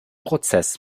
prozess